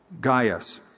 Gaius